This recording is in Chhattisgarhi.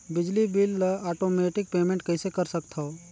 बिजली बिल ल आटोमेटिक पेमेंट कइसे कर सकथव?